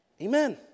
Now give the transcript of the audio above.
Amen